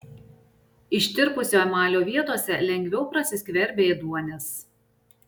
ištirpusio emalio vietose lengviau prasiskverbia ėduonis